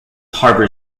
harbor